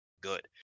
good